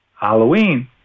Halloween